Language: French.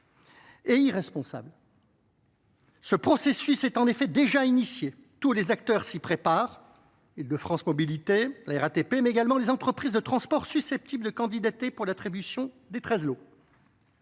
et irresponsable. Ce processus est en effet déjà engagé, tous les acteurs s’y préparent : Île de France Mobilités, la RATP, mais également les entreprises de transport susceptibles de candidater pour l’attribution des 13 lots.